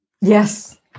Yes